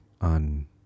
on